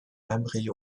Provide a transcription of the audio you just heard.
memory